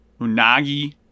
Unagi